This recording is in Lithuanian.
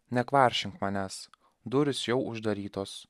nekvaršink manęs durys jau uždarytos